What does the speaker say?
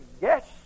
yes